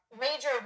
major